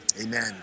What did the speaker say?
amen